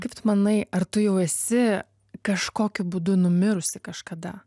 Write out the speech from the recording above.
kaip tu manai ar tu jau esi kažkokiu būdu numirusi kažkada